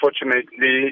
unfortunately